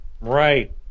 right